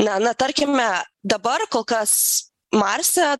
na na tarkime dabar kol kas marse